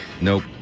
Nope